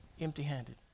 empty-handed